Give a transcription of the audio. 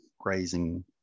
grazing